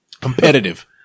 Competitive